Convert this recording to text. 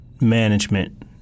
management